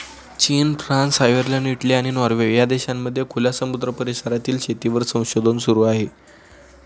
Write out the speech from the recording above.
चीन, France, Ireland, Italy, आणि Norway या देशांमध्ये खुल्या समुद्र परिसरातील शेतीवर संशोधन सुरू आहे